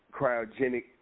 cryogenic